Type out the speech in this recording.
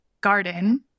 garden